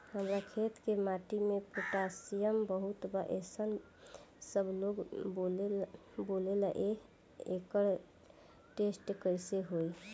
हमार खेत के माटी मे पोटासियम बहुत बा ऐसन सबलोग बोलेला त एकर टेस्ट कैसे होई?